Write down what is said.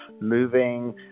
moving